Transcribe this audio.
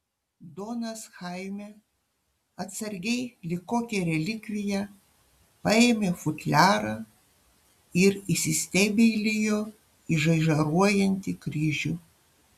donas chaime atsargiai lyg kokią relikviją paėmė futliarą ir įsistebeilijo į žaižaruojantį kryžių